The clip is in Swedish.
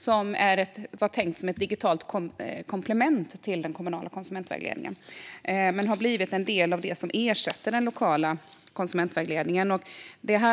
Det var tänkt som ett digitalt komplement till den kommunala konsumentvägledningen, men har blivit en del av det som ersätter den lokala konsumentvägledningen.